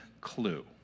clue